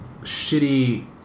shitty